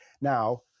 Now